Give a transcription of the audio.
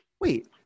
wait